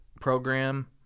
program